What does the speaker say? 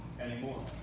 anymore